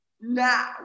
now